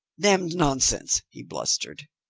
damned nonsense, he blustered.